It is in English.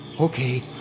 Okay